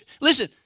Listen